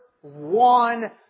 one